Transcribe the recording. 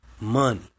Money